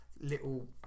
little